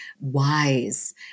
wise